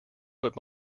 but